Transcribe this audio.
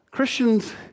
Christians